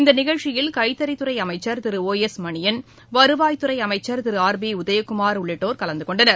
இந்த நிகழ்ச்சியில் கைத்தறித்துறை அமைச்சர் திரு ஓ எஸ் மணியன் வருவாய்த்துறை அமைச்சர் திரு ஆர் பி உதயகுமார் உள்ளிட்டோர் கலந்துகொண்டனர்